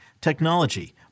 technology